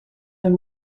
than